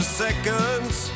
seconds